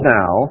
now